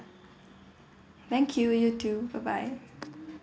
thank you you too bye bye